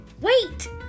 Wait